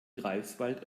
greifswald